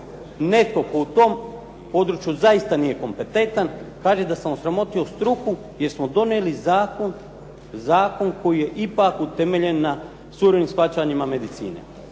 netko tko u tom području zaista nije kompetentan kaže da sam osramotio struku jer smo donijeli zakon koji je ipak utemeljen na suvremenim shvaćanjima medicine